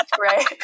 right